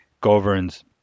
governs